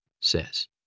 says